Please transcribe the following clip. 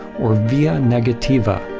or via negativa.